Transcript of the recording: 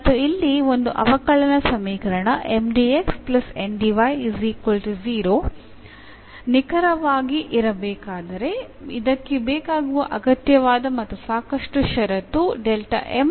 ಮತ್ತು ಇಲ್ಲಿ ಒಂದು ಅವಕಲನ ಸಮೀಕರಣ ಕ್ಕೆ ನಿಖರವಾಗಿ ಇರಬೇಕಾದರೆ ಇದಕ್ಕೆ ಬೇಕಾಗುವ ಅಗತ್ಯವಾದ ಮತ್ತು ಸಾಕಷ್ಟು ಷರತ್ತು ಇಲ್ಲಿದೆ